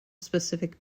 specific